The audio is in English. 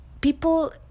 People